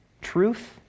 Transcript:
truth